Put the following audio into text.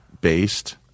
based